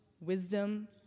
wisdom